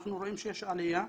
אנחנו רואים שיש עליה.